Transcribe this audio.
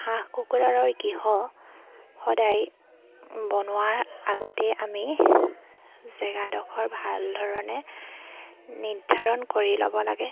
হাঁহ কুকুৰাৰৰ গৃহ সদায় বনোৱাৰ আগতে আমি জেগাডোখৰ ভাল ধৰণে নিৰ্ধাৰণ কৰি ল'ব লাগে